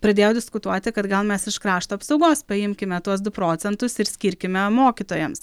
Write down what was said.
pradėjo diskutuoti kad gal mes iš krašto apsaugos paimkime tuos du procentus ir skirkime mokytojams